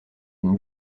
d’une